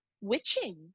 witching